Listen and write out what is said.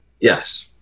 Yes